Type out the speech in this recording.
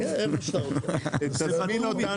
גם בתקופת הקורונה.